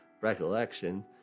recollection